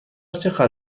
چقدر